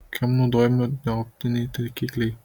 kam naudojami neoptiniai taikikliai